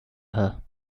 her